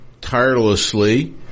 tirelessly